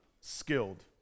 skilled